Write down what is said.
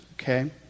okay